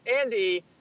Andy